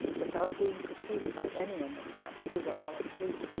without being perceived by any in the camp, who were all asleep,